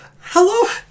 Hello